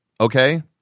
Okay